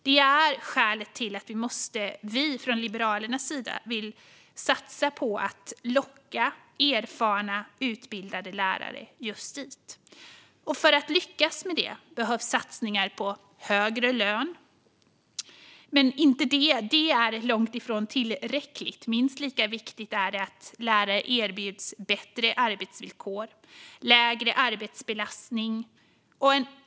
Det är skälet till att vi från Liberalernas sida vill satsa på att locka erfarna och utbildade lärare just dit. För att lyckas med det behövs satsningar på högre lön, men det är långt ifrån tillräckligt. Minst lika viktigt är att lärare erbjuds bättre arbetsvillkor och lägre arbetsbelastning.